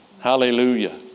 Hallelujah